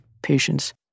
Patients